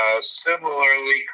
similarly